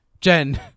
Jen